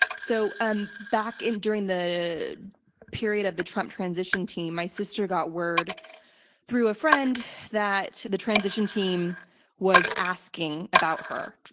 so and back in during the period of the trump transition team, my sister got word through a friend that the transition team was asking about her.